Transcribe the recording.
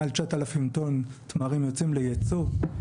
מעל 9,000 טון תמרים יוצאים לייצוא.